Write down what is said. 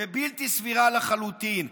ובלתי סבירה לחלוטין.